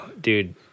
dude